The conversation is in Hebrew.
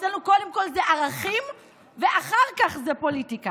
אצלנו קודם כול זה ערכים ואחר כך זה פוליטיקה.